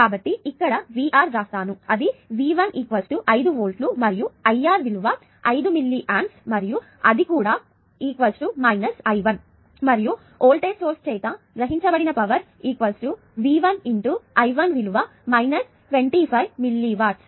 కాబట్టి ఇక్కడ VR వ్రాస్తాను అది V1 5 వోల్ట్ మరియు I R విలువ 5 మిల్లీ ఆంప్స్ మరియు అది కూడా I1 మరియు వోల్టేజ్ సోర్స్ చేత గ్రహించబడిన పవర్ V 1 I1 విలువ 25 మిల్లీ వాట్స్